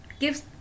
gives